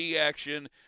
action